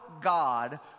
God